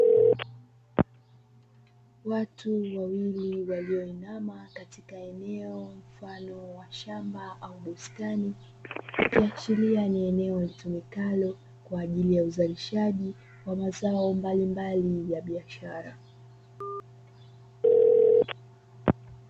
Watu wawili walioinama kwenye eneo mfano wa shamba au bustani, ikiashiria ni eneo litumikalo kwa ajili ya uzalishaji wa mazao mbalimbali ya biashara.